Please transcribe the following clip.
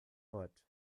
foot